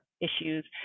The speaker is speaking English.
issues